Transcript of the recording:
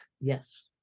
Yes